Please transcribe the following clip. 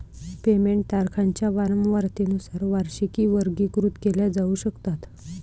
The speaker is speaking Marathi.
पेमेंट तारखांच्या वारंवारतेनुसार वार्षिकी वर्गीकृत केल्या जाऊ शकतात